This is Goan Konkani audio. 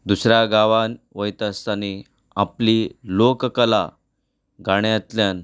दुसऱ्या गांवांत वयतासतना तीं आपली लोककला गाण्यांतल्यान